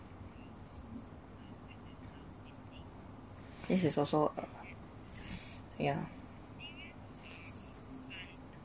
this is also yeah